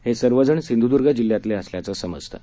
हे सर्वजण सिंधुर्दर्ग जिल्ह्यातले असल्याचं समजतं